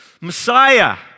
Messiah